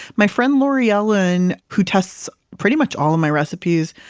my friend, lori ellen, who tests pretty much all of my recipes,